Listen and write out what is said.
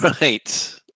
Right